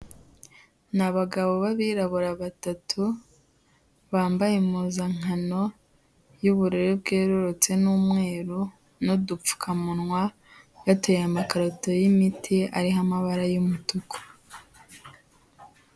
Ni abagabo b'abirabura batatu, bambaye impuzankano y'ubururu bwerurutse n'umweru n'udupfukamunwa bateruye amakarito y'imiti ariho amabara y'umutuku.